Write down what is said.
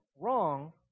wrong